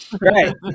Right